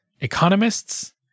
economists